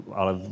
ale